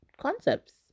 concepts